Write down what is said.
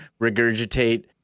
regurgitate